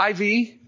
IV